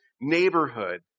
neighborhood